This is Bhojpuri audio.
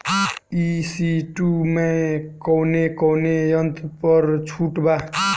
ई.सी टू मै कौने कौने यंत्र पर छुट बा?